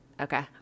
Okay